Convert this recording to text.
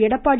Edappadi